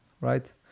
right